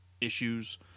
issues